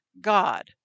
God